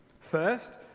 First